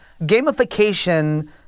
gamification